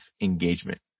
engagement